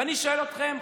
ואני שואל אתכם,